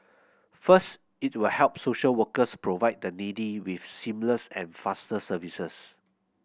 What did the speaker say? first it will help social workers provide the needy with seamless and faster services